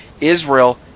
Israel